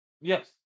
Yes